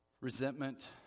resentment